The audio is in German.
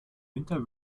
winter